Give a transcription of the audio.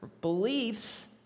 beliefs